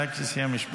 רק לסיים משפט.